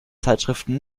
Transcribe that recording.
zeitschriften